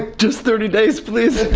just thirty days, please